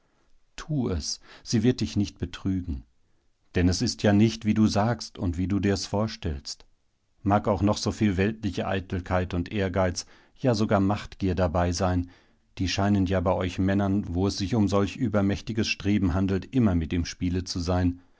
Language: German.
tu es sie wird dich nicht betrügen denn es ist ja nicht wie du sagst und wie du dir's vorstellst mag auch noch so viel weltliche eitelkeit und ehrgeiz ja sogar machtgier dabei sein die scheinen ja bei euch männern wo es sich um solch übermächtiges streben handelt immer mit im spiele zu sein